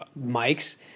mics